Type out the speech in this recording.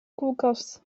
koelkast